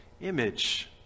image